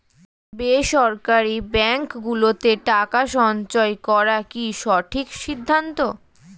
বেসরকারী ব্যাঙ্ক গুলোতে টাকা সঞ্চয় করা কি সঠিক সিদ্ধান্ত?